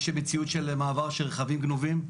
יש מציאות של מעבר של רכבים גנובים,